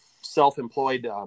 self-employed